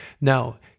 Now